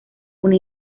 una